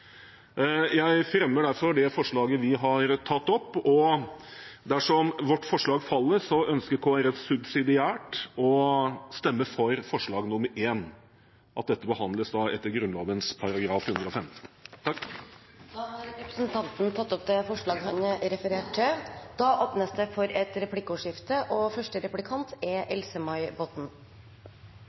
Jeg fremmer det forslaget vi har tatt opp, og dersom vårt forslag faller, ønsker Kristelig Folkeparti subsidiært å stemme for forslag nr. 1 – at dette behandles etter Grunnloven § 115. Representanten Geir Jørgen Bekkevold har tatt opp det forslaget han refererte til. Det blir replikkordskifte. Representanten snakket om at det er viktig å bruke handlingsrommet, og at man er